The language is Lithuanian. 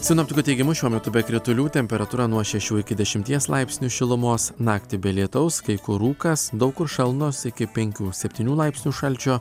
sinoptikų teigimu šiuo metu be kritulių temperatūra nuo šešių iki dešimties laipsnių šilumos naktį be lietaus kai kur rūkas daug kur šalnos iki penkių septynių laipsnių šalčio